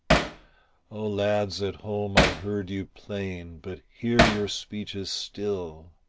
oh lads, at home i heard you plain, but here your speech is still,